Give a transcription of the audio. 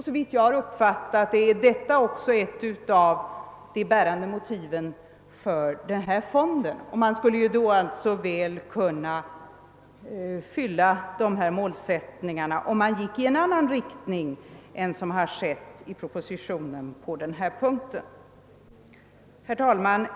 Såvitt jag har uppfattat är detta också ett av de bärande motiven för fonden. Man skulle alltså väl kunna uppnå målsättningen, om man gick i en annan riktning än som har föreslagits i propositionen på den här punkten. Herr talman!